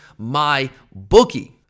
MyBookie